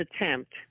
attempt